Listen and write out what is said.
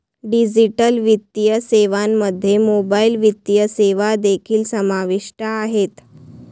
digital वित्तीय सेवांमध्ये mobile वित्तीय सेवा देखील समाविष्ट आहेत